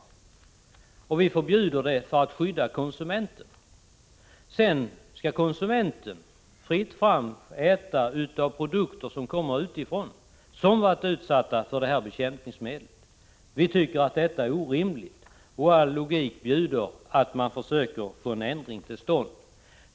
Vi förbjuder ju användningen av det i Sverige för att skydda konsumenten, men sedan skall det vara fritt fram för konsumenten att äta produkter som kommer utifrån och som varit utsatta för bekämpningsmedlet. Vi tycker att detta är orimligt. All logik bjuder att man försöker få en ändring till stånd.